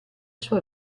sua